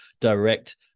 direct